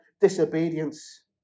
disobedience